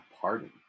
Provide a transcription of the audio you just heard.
Pardon